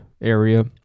area